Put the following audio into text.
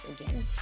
again